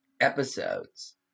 episodes